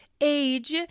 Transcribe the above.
age